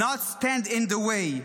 not stand in the way.